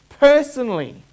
personally